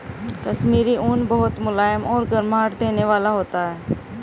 कश्मीरी ऊन बहुत मुलायम और गर्माहट देने वाला होता है